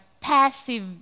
passive